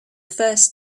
first